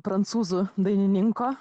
prancūzų dainininko